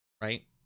right